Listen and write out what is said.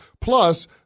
Plus